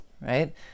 right